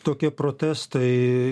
tokie protestai